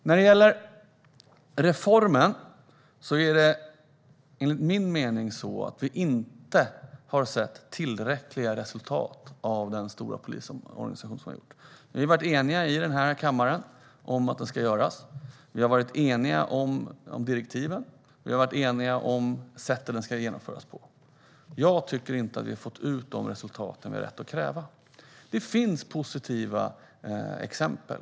När det gäller reformen har vi enligt min mening inte sett tillräckliga resultat av den stora polisomorganisation som har gjorts. Vi har varit eniga i den här kammaren om att den ska göras. Vi har varit eniga om direktiven. Och vi har varit eniga om sättet på vilket den ska genomföras. Jag tycker inte att vi har fått de resultat vi har rätt att kräva. Det finns positiva exempel.